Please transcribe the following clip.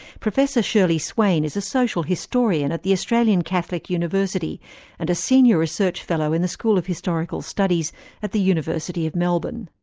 professor shurlee swain is a social historian at the australian catholic university and a senior research fellow in the school of historical studies at the university of melbourne.